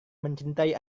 mencintai